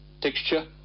texture